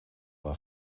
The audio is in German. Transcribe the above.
war